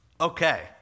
Okay